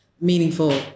meaningful